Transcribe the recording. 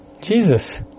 Jesus